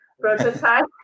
prototype